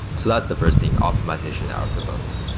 so that's the first thing, optimization algorithms.